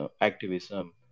activism